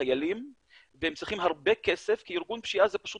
חיילים והם צריכים הרבה כסף כי ארגון פשיעה זה פשוט